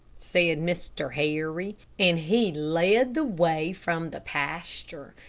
said mr. harry. and he led the way from the pasture,